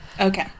Okay